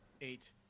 Eight